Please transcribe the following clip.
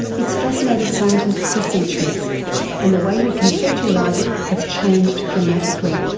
it's fascinated scientists for centuries and the way we conceptualise it has changed dramatically,